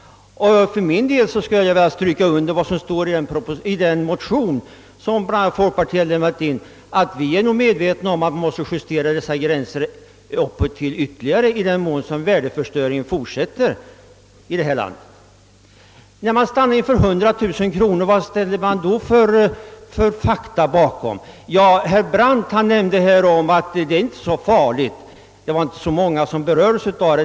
För min del skulle jag vilja understryka vad som står i den motion som bl.a. folkpartiet lämnat, nämligen att vi är medvetna om att gränserna måste justeras uppåt ytterligare i den mån penningvärdeförstöringen fortsätter i vårt land. Vilka fakta grundar man sig på när man stannar inför 100 000 kronor? Ja, herr Brandt sade att det inte är så farligt, därför att det inte är så många som berörs av ändringen.